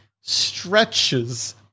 stretches